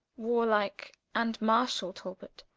warlike and martiall talbot,